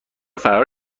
فرار